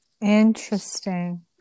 Interesting